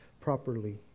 properly